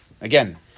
Again